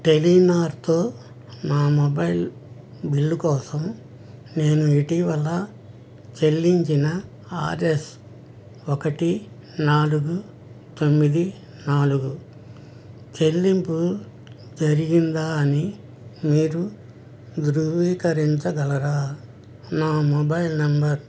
టెలినార్తో నా mobile bill కోసం నేను ఇటీవల చెల్లించిన ఆర్ఎస్ ఒకటి నాలుగు తొమ్మిది నాలుగు చెల్లింపు జరిగిందా అని మీరు ధృవీకరించగలరా నా మొబైల్ నెంబర్